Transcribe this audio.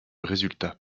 résultat